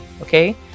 okay